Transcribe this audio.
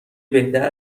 بهتر